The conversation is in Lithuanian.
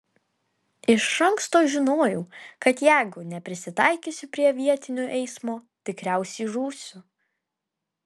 iš anksto žinojau kad jeigu neprisitaikysiu prie vietinio eismo tikriausiai žūsiu